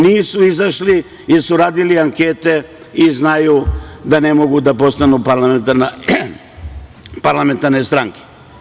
Nisu izašli, jer su radili ankete i znaju da ne mogu da postanu parlamentarne stranke.